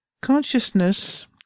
consciousness